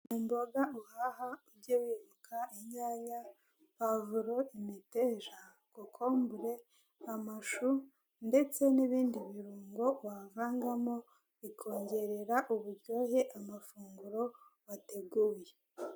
Imboga uhaha ugereka anyanya, pavuro, imiteja, kokombure, amashu ndetse n'ibindi birungo wavangamo bikongerera uburyohe amafunguro wateguye.